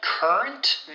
Current